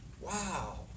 Wow